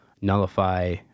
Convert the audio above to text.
nullify